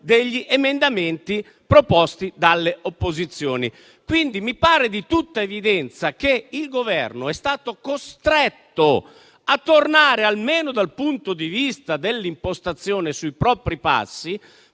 degli emendamenti proposti dalle opposizioni. Mi pare quindi di tutta evidenza che il Governo è stato costretto a tornare, almeno dal punto di vista dell'impostazione, sui propri passi,